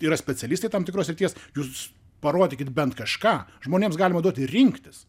yra specialistai tam tikros srities jūs parodykit bent kažką žmonėms galima duoti rinktis